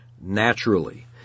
naturally